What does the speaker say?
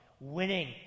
winning